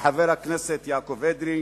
לחבר הכנסת יעקב אדרי,